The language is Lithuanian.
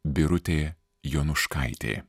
birutė jonuškaitė